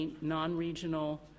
non-regional